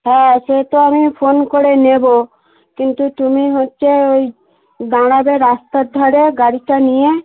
হ্যাঁ সে তো আমি ফোন করে নেব কিন্তু তুমি হচ্ছে ওই দাঁড়াবে রাস্তার ধারে গাড়িটা নিয়ে